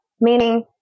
meaning